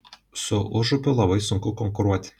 su užupiu labai sunku konkuruoti